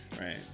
right